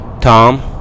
Tom